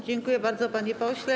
Dziękuję bardzo, panie pośle.